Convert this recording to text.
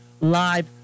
live